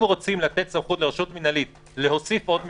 אם רוצים לתת סמכות לרשות מינהלית להוסיף עוד מקומות,